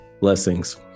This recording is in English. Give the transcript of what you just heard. Blessings